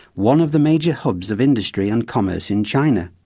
one of the major hubs of industry and commerce in china.